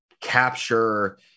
capture